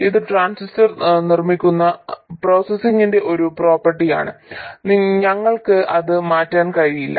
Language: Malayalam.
ഇത് ട്രാൻസിസ്റ്റർ നിർമ്മിക്കുന്ന പ്രോസസ്സിംഗിന്റെ ഒരു പ്രോപ്പർട്ടിയാണ് ഞങ്ങൾക്ക് അത് മാറ്റാൻ കഴിയില്ല